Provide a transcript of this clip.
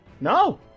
No